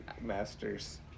master's